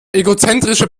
egozentrische